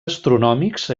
astronòmics